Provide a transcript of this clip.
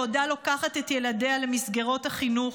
בעודה לוקחת את ילדיה למסגרות החינוך,